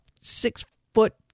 six-foot